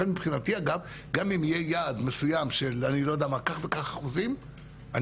מבחינתי גם אם יהיה יעד מסוים של כך וכך אחוזים,